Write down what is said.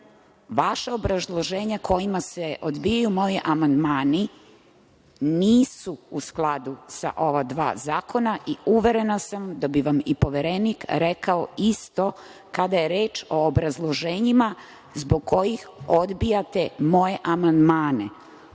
vaša obrazloženja kojima se odbijaju moji amandmani nisu u skladu sa ova dva zakona i uverena sam da bi vam i Poverenik rekao isto kada je reč o obrazloženjima zbog kojih odbijate moje amandmane,